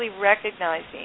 recognizing